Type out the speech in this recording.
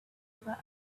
while